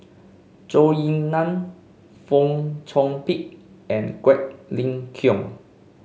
Zhou Ying Nan Fong Chong Pik and Quek Ling Kiong